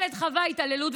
שבהם הילד חווה התעללות.